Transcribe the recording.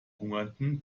hungernden